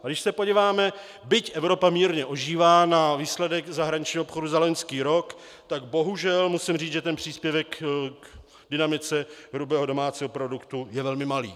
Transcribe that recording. A když se podíváme, byť Evropa mírně ožívá, na výsledek zahraničního obchodu za loňský rok, tak bohužel musím říct, že ten příspěvek k dynamice hrubého domácího produktu je velmi malý.